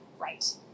Right